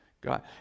God